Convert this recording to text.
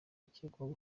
akekwaho